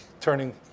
turning